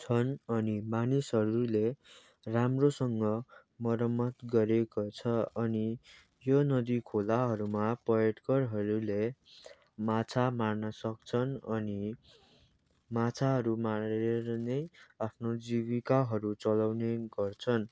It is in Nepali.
छन् अनि मानिसहरूले राम्रोसँग मरमत गरेको छ अनि यो नदी खोलाहरूमा पर्यटकरहरूले माछा मार्न सक्छन् अनि माछाहरू मारेर नै आफ्नो जीविकाहरू चलाउने गर्छन्